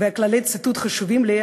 וכללי הציטוט חשובים לי,